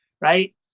Right